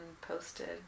posted